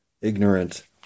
ignorant